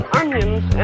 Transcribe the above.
onions